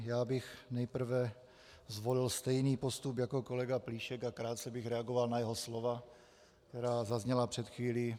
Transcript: Já bych nejprve zvolil stejný postup jako kolega Plíšek a krátce bych reagoval na jeho slova, která zazněla před chvílí.